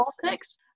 politics